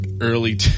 Early